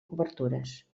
cobertures